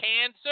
cancer